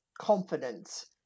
confidence